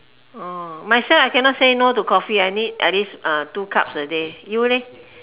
oh myself I cannot say no to coffee I need at least uh two cups a day you leh